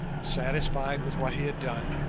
satisfied with what he had done,